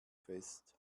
fest